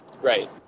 Right